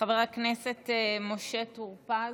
חבר הכנסת משה טור פז,